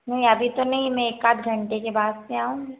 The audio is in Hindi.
नहीं अभी तो नहीं मैं एक आध घंटे के बाद में आऊँगी